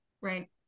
Right